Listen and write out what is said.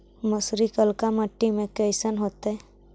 मसुरी कलिका मट्टी में कईसन होतै?